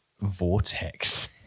vortex